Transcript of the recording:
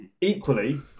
Equally